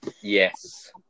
yes